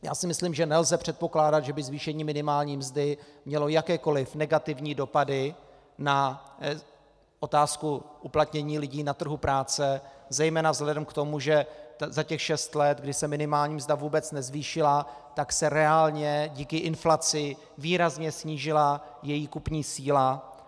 Já si myslím, že nelze předpokládat, že by zvýšení minimální mzdy mělo jakékoliv negativní dopady na otázku uplatnění lidí na trhu práce, zejména vzhledem k tomu, že za těch šest let, kdy se minimální mzda vůbec nezvýšila, se reálně díky inflaci výrazně snížila její kupní síla.